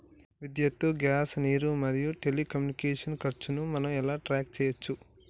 విద్యుత్ గ్యాస్ నీరు మరియు టెలికమ్యూనికేషన్ల ఖర్చులను మనం ఎలా ట్రాక్ చేయచ్చు?